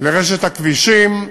לרשת הכבישים,